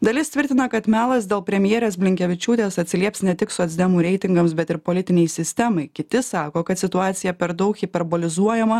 dalis tvirtina kad melas dėl premjerės blinkevičiūtės atsilieps ne tik socdemų reitingams bet ir politinei sistemai kiti sako kad situacija per daug hiperbolizuojama